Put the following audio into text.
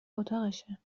اتاقشه